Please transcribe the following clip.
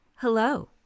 Hello